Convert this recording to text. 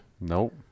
Nope